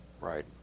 Right